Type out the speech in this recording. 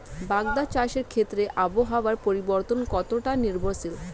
বাগদা চাষের ক্ষেত্রে আবহাওয়ার পরিবর্তন কতটা নির্ভরশীল?